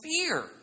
fear